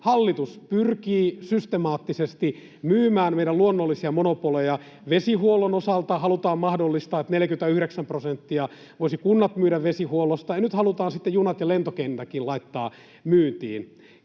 hallitus pyrkii systemaattisesti myymään meidän luonnollisia monopoleja. Vesihuollon osalta halutaan mahdollistaa, että 49 prosenttia voisivat kunnat myydä vesihuollosta, ja nyt halutaan sitten junat ja lentokentätkin laittaa myyntiin.